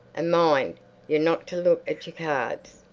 and mind you're not to look at your cards.